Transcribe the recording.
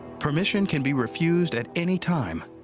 permission can be refused at any time.